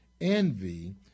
envy